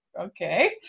okay